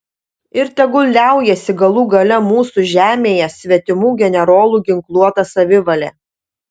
ir tegul liaujasi galų gale mūsų žemėje svetimų generolų ginkluota savivalė